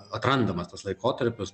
atrandamas tas laikotarpis